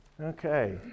Okay